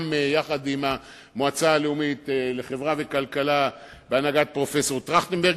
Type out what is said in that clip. וגם עם המועצה הלאומית לחברה ולכלכלה בהנהגת פרופסור טרכטנברג.